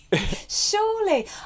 surely